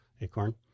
acorn